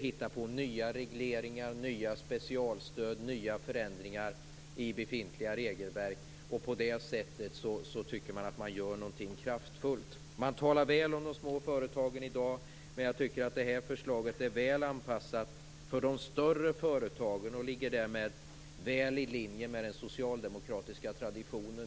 hittar på nya regleringar, nya specialstöd och nya förändringar i befintliga regelverk, och på det sättet tycker man att man gör någonting kraftfullt. Man talar väl om de små företagen i dag, men det här förslaget är väl anpassat för de större företagen och ligger därmed väl i linje med den socialdemokratiska traditionen.